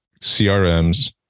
CRMs